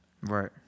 right